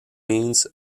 means